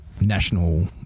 national